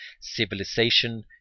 civilization